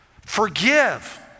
Forgive